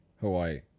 Hawaii